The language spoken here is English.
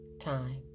time